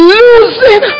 losing